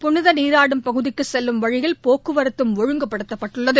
புளித நீராடும் பகுதிக்குச் செல்லும் வழியில் போக்குவரத்தும் ஒழுங்குபடுத்தப்பட்டுள்ளது